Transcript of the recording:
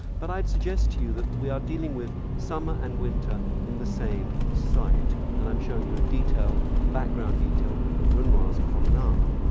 but i'd suggest to you that we are dealing with summer and winter in the same site, and i'm showing you the background detail of renoir's promenade.